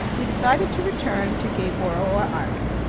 we decided to return to gueboroa island.